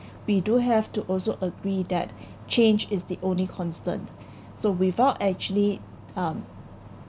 we do have to also agree that change is the only constant so without actually um